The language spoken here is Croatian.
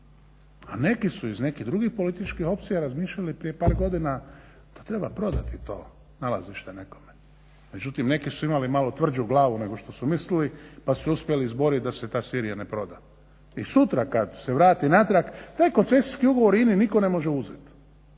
A neki su iz nekih drugih političkih opcija razmišljali prije par godina da treba prodati to nalazište nekome. Međutim neki su imali malo tvrđu glavu nego što su mislili pa su se uspjeli izboriti da se ta Sirija ne proda. I sutra kada se vrati natrag taj koncesijski ugovor INA-i nitko ne može uzeti